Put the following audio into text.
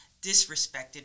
disrespected